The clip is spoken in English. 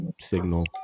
signal